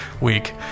week